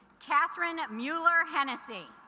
catherine mueller hennessy